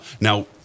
now